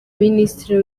minisitiri